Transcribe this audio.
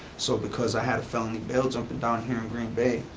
so because i had a felony bail jumping down here in green bay,